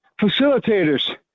facilitators